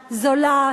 זולה,